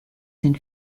den